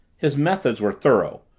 his methods were thorough,